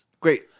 Great